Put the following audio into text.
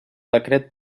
decret